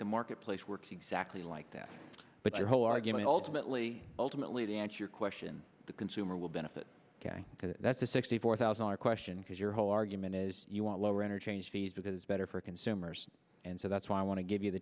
the marketplace works exactly like that but your whole argument ultimately ultimately to answer your question the consumer will benefit because that's the sixty four thousand are question because your whole argument is you want lower interchange fees because better for consumers and so that's why i want to give you the